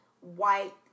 white